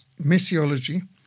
messiology